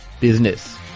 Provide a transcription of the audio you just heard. Business